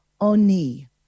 oni